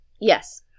Yes